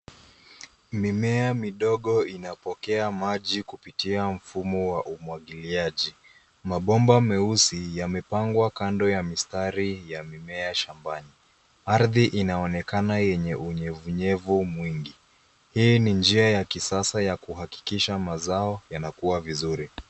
Mimea midogo inapokea maji kupitia mfumo wa umwagiliaji mabomba meusi yamepangwa kando ya mistari ya mimea shambani ardhi inaonekana yenye unyevunyevu mwingi. Hii ni njia ya kisasa ya kuhakikisha mazao yanakuwa vizuri.